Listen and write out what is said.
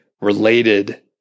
related